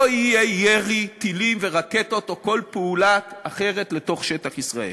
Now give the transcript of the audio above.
לא יהיה ירי טילים ורקטות או כל פעולה אחרת לתוך שטח ישראל.